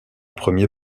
premier